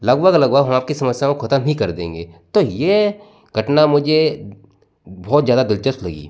लगभग लगभग हम आपकी समस्याओं को खत्म ही कर देंगे तो यह घटना मुझे बहुत ज्यादा दिलचस्प लगी